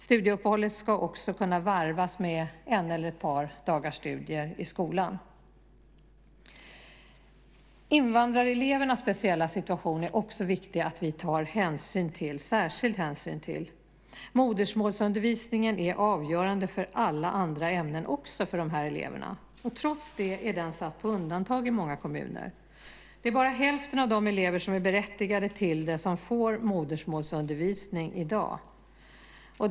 Studieuppehållet ska också kunna varvas med en eller ett par dagars studier i skolan. Invandrarelevernas speciella situation är det också viktigt att vi tar särskild hänsyn till. Modersmålsundervisningen är avgörande för alla andra ämnen för dessa elever. Trots detta är den i många kommuner satt på undantag. Det är bara hälften av de elever som är berättigade till det som får modersmålsundervisning i dag.